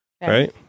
right